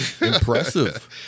impressive